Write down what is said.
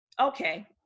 Okay